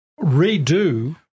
redo